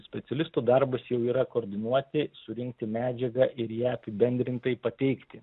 specialisto darbas jau yra koordinuoti surinkti medžiagą ir ją apibendrintai pateikti